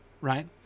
right